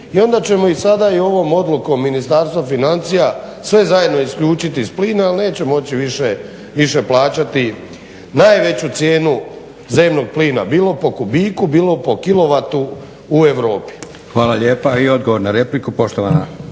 i onda ćemo i sada i ovom odlukom Ministarstva financija sve zajedno isključiti iz plina jer neće moći više plaćati najveću cijenu zemnog plina, bilo po kubiku, bilo po kilovatu u Europi. **Leko, Josip (SDP)** Hvala lijepa. I odgovor na repliku, poštovana